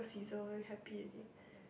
sizzle happy already